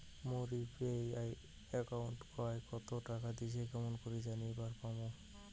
মোর UPI একাউন্টে কায় কতো টাকা দিসে কেমন করে জানিবার পামু?